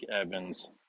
Evans